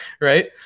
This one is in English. right